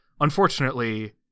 unfortunately